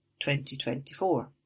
2024